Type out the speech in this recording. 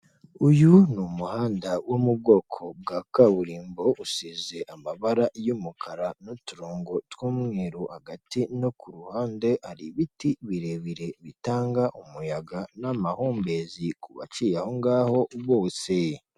Uyu ni umuhanda wo mu bwoko bwa kaburimbo usize amabara y'umukara n'uturongo tw'umweru hagati no ku ruhande, hari ibiti birebire bitanga umuyaga n'amahumbezi ku baciye aho ngaho bose.